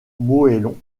moellons